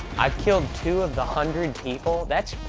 i've killed two of the hundred people that's